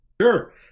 Sure